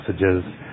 messages